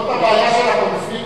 כבוד היושב-ראש, למה אתה שם מלים בפי?